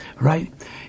Right